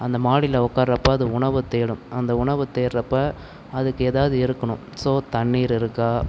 அந்த மாடியில உக்காறப்ப அந்த உணவத்தேடும் அந்த உணவு தேடுறப்போ அதுக்கு எதாவது இருக்கணும் ஸோ தண்ணீர் இருக்கா